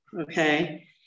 Okay